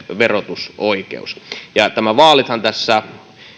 verotusoikeus nämä vaalithan tässä